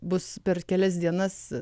bus per kelias dienas